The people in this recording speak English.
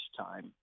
time